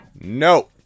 no